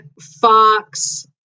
fox